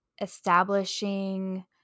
establishing